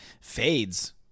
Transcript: Fades